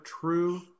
true